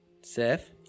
Seth